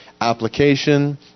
application